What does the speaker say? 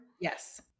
Yes